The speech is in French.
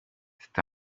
c’est